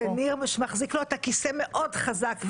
שניר מחזיק לו את הכיסא מאוד חזק,